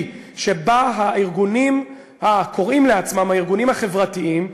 שבו הארגונים הקוראים לעצמם הארגונים החברתיים,